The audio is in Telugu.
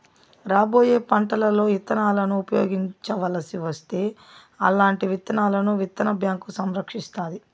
రాబోయే పంటలలో ఇత్తనాలను ఉపయోగించవలసి వస్తే అల్లాంటి విత్తనాలను విత్తన బ్యాంకు సంరక్షిస్తాది